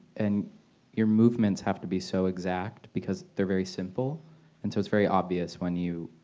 and your movements have to be so exact because they're very simple and so it's very obvious when you